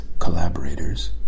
collaborators